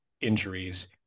injuries